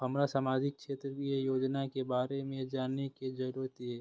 हमरा सामाजिक क्षेत्र के योजना के बारे में जानय के जरुरत ये?